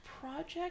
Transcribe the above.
project